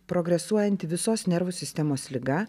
progresuojanti visos nervų sistemos liga